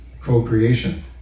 co-creation